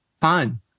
fun